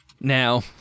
Now